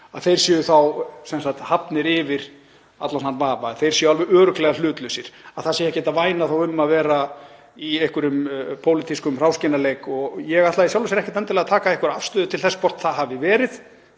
þeir séu hafnir yfir allan vafa, að þeir séu alveg örugglega hlutlausir, að ekki sé hægt að væna þá um að vera í einhverjum pólitískum hráskinnaleik. Ég ætla í sjálfu sér ekkert endilega að taka einhverja afstöðu til þess hvort það hafi verið